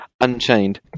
Unchained